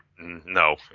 No